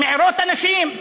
מעירים אנשים.